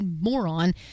moron